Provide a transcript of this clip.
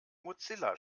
mozilla